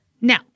Now